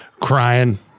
crying